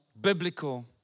biblical